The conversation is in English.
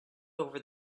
over